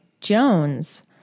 Jones